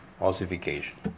ossification